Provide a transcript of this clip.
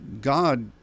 God